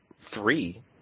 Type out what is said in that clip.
three